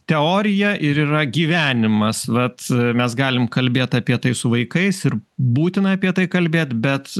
teorija ir yra gyvenimas vat mes galim kalbėt apie tai su vaikais ir būtina apie tai kalbėt bet